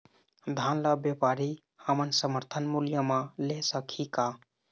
धान ला व्यापारी हमन समर्थन मूल्य म ले सकही का?